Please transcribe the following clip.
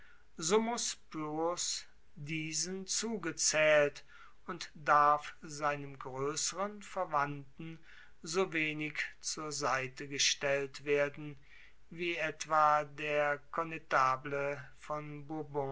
diesen zugezaehlt und darf seinem groesseren verwandten sowenig zur seite gestellt werden wie etwa der connetable von